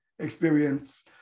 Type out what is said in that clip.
experience